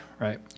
right